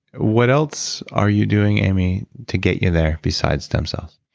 what else are you doing amy to get you there besides stem cells?